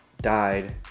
died